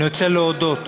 אני רוצה להודות,